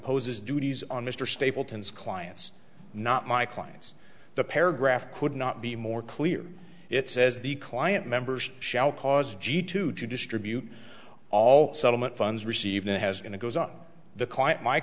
poses duties on mr stapleton's clients not my clients the paragraph could not be more clear it says the client members shall cause g to distribute all settlement funds received it has in it goes up the